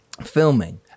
filming